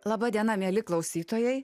laba diena mieli klausytojai